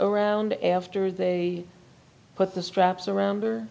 around after they put the straps around her